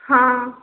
हाँ